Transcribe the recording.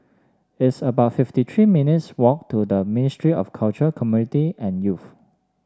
it's about fifty three minutes' walk to the Ministry of Culture Community and Youth